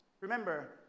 Remember